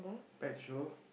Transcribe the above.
pet show